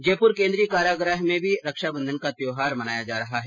जयपुर केन्द्रीय कारागार में भी रक्षाबंधन का त्यौहार मनाया जा रहा है